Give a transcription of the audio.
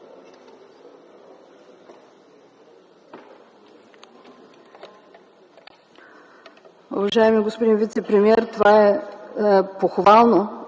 Уважаеми господин вицепремиер, това е похвално,